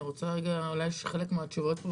יכול להיות שהתשובות שיינתנו יענו לי על השאלות.